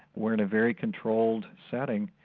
were in a very controlled setting.